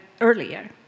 earlier